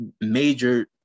major